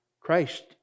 Christ